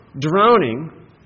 drowning